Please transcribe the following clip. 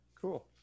cool